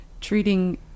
treating